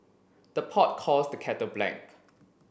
the pot calls the kettle black